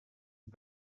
die